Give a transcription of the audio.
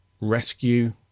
rescue